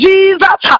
Jesus